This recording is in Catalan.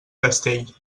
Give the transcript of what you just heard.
castell